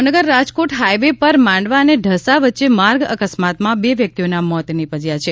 Bhavnagar Rajkot highway પર માંડવા અને ઢસા વચ્ચે માર્ગ અકસ્માતમાં બે વ્યક્તિઓના મોત નિપજ્યા છે